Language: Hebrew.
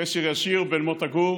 קשר ישיר בין מוטה גור